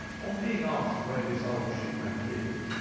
on being asked where this old shipmate lived,